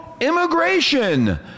immigration